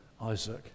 Isaac